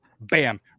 Bam